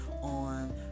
on